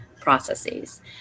processes